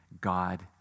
God